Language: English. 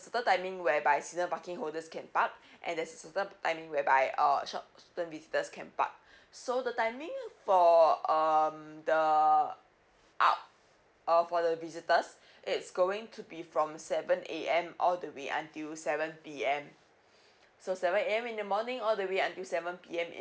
certain timing whereby resident parking holders can park and there's a certain timing whereby uh short term visitors can park so the timing for um the out~ uh for the visitors it's going to be from seven A_M all the way until seven P_M so seven A_M in he morning all the way until seven P_M